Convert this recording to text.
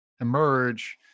emerge